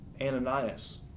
Ananias